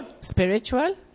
spiritual